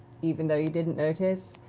even though you didn't notice.